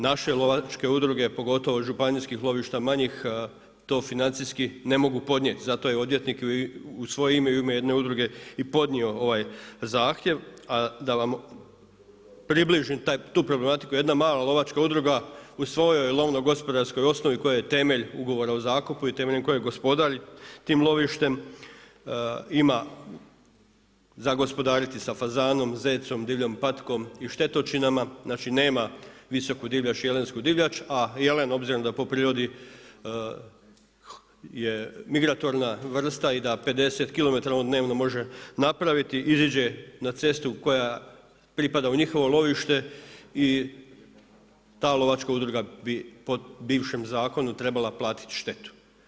Naše lovačke udruge, pogotovo županijskih lovišta manjih, to financijski ne mogu podnijeti, zato je odvjetnik u svoje ime i u ime jedne udruge i podnio ovaj zahtjev, a da vam približim tu problematiku, jedna mala lovačka udruga u svojoj lovno-gospodarskoj osnovi koja je temelj ugovora o zakupu i temeljem kojeg gospodari tim lovištem, ima za gospodariti sa fazanom, zecom, divljom patkom i štetočinama, znači nema visoku divljač, jelensku divljač, a jelen obzirom da po prirodi je migratorna vrsta i da 50 kilometara on dnevno može napraviti, iziđe na cestu koja pripada u njihovo lovište i ta lovačka udruga bi po bivšem zakonu trebala platiti štetu.